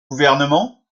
gouvernement